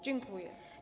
Dziękuję.